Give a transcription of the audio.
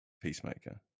Peacemaker